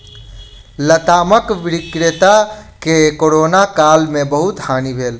लतामक विक्रेता के कोरोना काल में बहुत हानि भेल